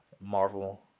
Marvel